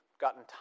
gotten